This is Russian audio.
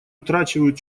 утрачивают